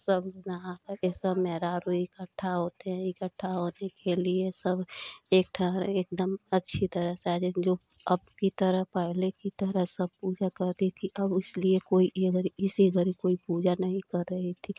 सब नहा कर के सब मेहरारू इकट्ठा होते हैं इकट्ठा होने के लिए सब एक ठो एकदम अच्छी तरह साजेंगे जो अबकी तरह पहले की तरह सब पूजा करती थी अब उसलिए कोई अगर इसे बार कोई पूजा नहीं कर रही थी